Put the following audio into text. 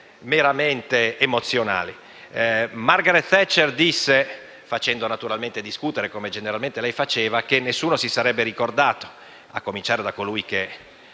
Margaret Thatcher disse, facendo naturalmente discutere come spesso le accadeva, che nessuno si sarebbe ricordato - a cominciare da colui che